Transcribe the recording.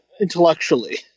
intellectually